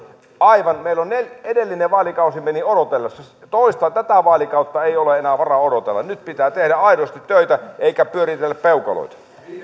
aivan edellinen vaalikausi meni odotellessa toista tätä vaalikautta ei ole enää varaa odotella nyt pitää tehdä aidosti töitä eikä pyöritellä peukaloita